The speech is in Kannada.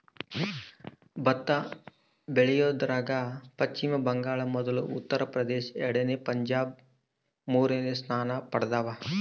ಭತ್ತ ಬೆಳಿಯೋದ್ರಾಗ ಪಚ್ಚಿಮ ಬಂಗಾಳ ಮೊದಲ ಉತ್ತರ ಪ್ರದೇಶ ಎರಡನೇ ಪಂಜಾಬ್ ಮೂರನೇ ಸ್ಥಾನ ಪಡ್ದವ